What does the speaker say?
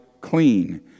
clean